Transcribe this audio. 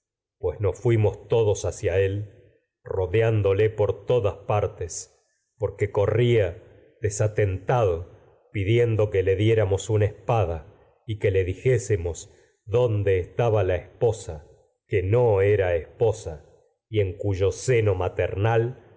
pues hacia fuimos todos corría des y que él rodeándole pidiendo por todas partes porque atentado que le diéramos una espada le dijésemos dónde estaba la cuyo seno esposa que no era esposa y en maternal